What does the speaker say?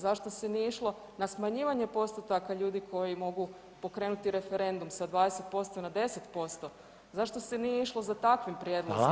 Zašto se nije išlo na smanjivanje postotaka ljudi koji mogu pokrenuti referendum sa 20% na 10% zašto se nije išlo za takvim prijedlozima?